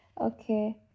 Okay